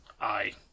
Aye